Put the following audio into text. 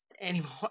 anymore